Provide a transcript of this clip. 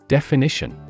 Definition